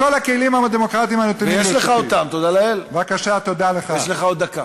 עוד דקה